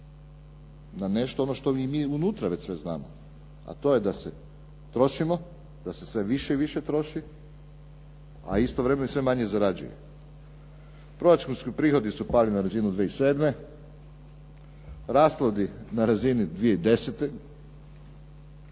da nešto ono što ni nije unutra već sve znano, a to je da se trošimo, da se sve više i više troši, a istovremeno sve manje zarađuje. Proračunski prihodi su pali na razinu 2007., rashodi na razini 2010.